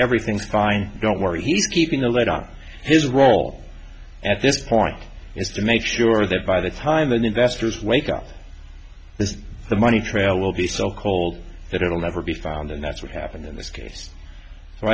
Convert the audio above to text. everything's fine don't worry he's keeping a lid on his role at this point it's to make sure that by the time the investors wake up this the money trail will be so cold that it will never be found and that's what happened in this case so